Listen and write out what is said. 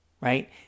right